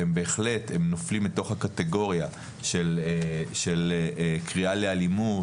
שבהחלט הם נופלים לתוך הקטגוריה של קריאה לאלימות,